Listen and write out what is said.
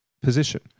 position